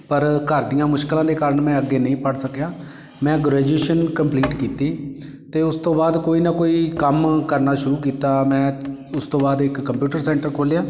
ਪਰ ਘਰ ਦੀਆਂ ਮੁਸ਼ਕਿਲਾਂ ਦੇ ਕਾਰਨ ਮੈਂ ਅੱਗੇ ਨਹੀਂ ਪੜ੍ਹ ਸਕਿਆ ਮੈਂ ਗ੍ਰੈਜੂਏਸ਼ਨ ਕੰਪਲੀਟ ਕੀਤੀ ਅਤੇ ਉਸ ਤੋਂ ਬਾਅਦ ਕੋਈ ਨਾ ਕੋਈ ਕੰਮ ਕਰਨਾ ਸ਼ੁਰੂ ਕੀਤਾ ਮੈਂ ਉਸ ਤੋਂ ਬਾਅਦ ਇੱਕ ਕੰਪਿਊਟਰ ਸੈਂਟਰ ਖੋਲ੍ਹਿਆ